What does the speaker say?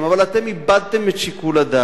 אבל אתם איבדתם את שיקול הדעת,